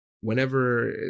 Whenever